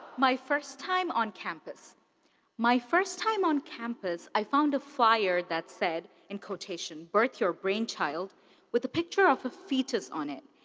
my first time on campus my first time on campus, i found a flyer that said, in quotation, birth your brain child with a picture of a fetus on it.